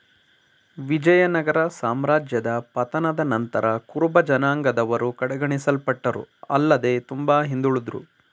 ವಿಜಯನಗರ ಸಾಮ್ರಾಜ್ಯದ ಪತನದ ನಂತರ ಕುರುಬಜನಾಂಗದವರು ಕಡೆಗಣಿಸಲ್ಪಟ್ಟರು ಆಲ್ಲದೆ ತುಂಬಾ ಹಿಂದುಳುದ್ರು